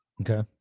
okay